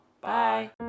Bye